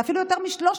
זה אפילו יותר מ-3,000,